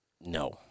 No